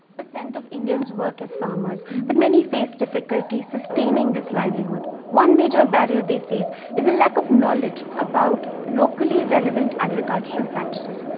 percent of indians work as farmers, but many face difficulty sustaining this livelihood. one major barrier they face is a lack of knowledge about locally relevant agricultural practices.